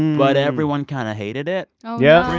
but everyone kind of hated it oh, yeah